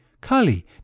Kali